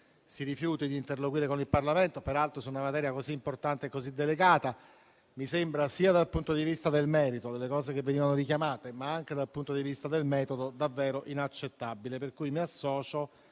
si rifiuti di interloquire con il Parlamento, peraltro su una materia così importante e così delicata. Mi sembra, sia dal punto di vista del merito delle cose che venivano richiamate, ma anche dal punto di vista del metodo, davvero inaccettabile.